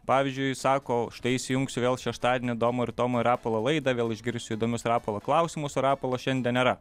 pavyzdžiui sako štai įsijungsiu vėl šeštadienį domo ir tomo ir rapolo laidą vėl išgirsiu įdomius rapolo klausimus o rapolo šiandien nėra